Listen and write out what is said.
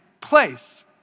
place